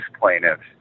plaintiffs